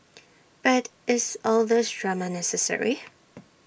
but is all these drama necessary